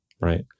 right